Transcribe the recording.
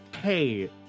hey